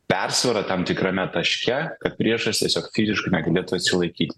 persvara tam tikrame taške kad priešas tiesiog fiziškai negalėtų atsilaikyti